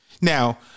Now